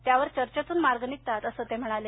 त्यावर चर्चेतून मार्ग निघतात असं ते म्हणाले